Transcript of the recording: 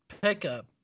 pickup